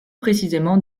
précisément